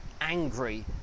angry